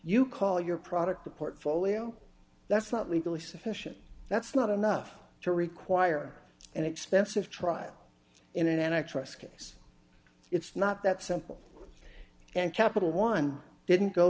you call your product a portfolio that's not legally sufficient that's not enough to require an expensive trial in an antitrust case it's not that simple and capital one didn't go